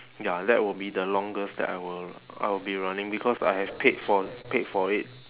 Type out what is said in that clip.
ya that will be the longest that I will I will be running because I have paid for paid for it